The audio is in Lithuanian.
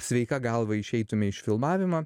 sveika galva išeitume iš filmavimo